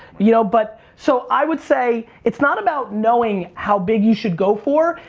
you know, but so i would say it's not about knowing how big you should go for.